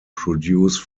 produced